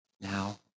now